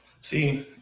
See